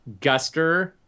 Guster